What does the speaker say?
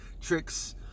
tricks